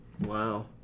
Wow